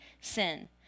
sin